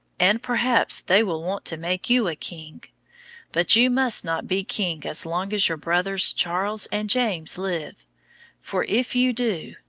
and perhaps they will want to make you a king but you must not be king as long as your brothers charles and james live for if you do,